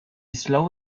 slow